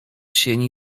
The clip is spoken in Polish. sieni